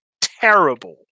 terrible